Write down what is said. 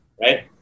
right